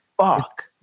Fuck